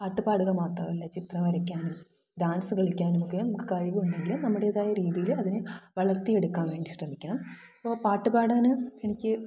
പാട്ടുപാടുക മാത്രമല്ല ചിത്രം വരയ്ക്കാനും ഡാന്സ് കളിക്കാനും ഒക്കെ നമുക്ക് കഴിവുണ്ടെങ്കിൽ നമ്മുടേതായ രീതിയില് അതിനെ വളര്ത്തിയെടുക്കാന് വേണ്ടി ശ്രമിക്കണം ഇപ്പോൾ പാട്ടുപാടാൻ എനിക്ക്